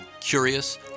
curious